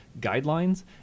guidelines